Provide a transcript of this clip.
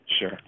Sure